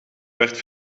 werd